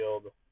field